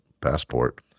passport